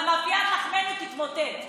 אבל מאפיית לחמנו תתמוטט.